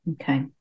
Okay